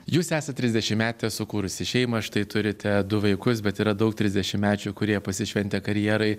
jūs esat trisdešimtmetė sukūrusi šeimą štai turite du vaikus bet yra daug trisdešimtmečių kurie pasišventę karjerai